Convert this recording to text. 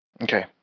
Okay